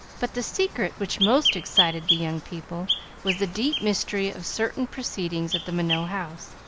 but the secret which most excited the young people was the deep mystery of certain proceedings at the minot house.